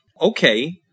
Okay